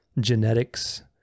genetics